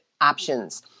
options